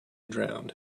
drowned